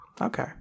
okay